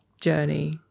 journey